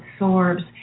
absorbs